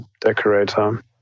decorator